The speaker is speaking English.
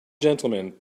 gentlemen